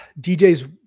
DJ's